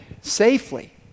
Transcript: safely